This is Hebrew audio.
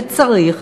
וצריך,